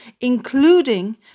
including